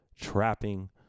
trapping